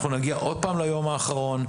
אנחנו נגיע עוד פעם ליום האחרון,